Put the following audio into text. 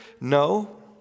No